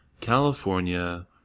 california